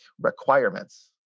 requirements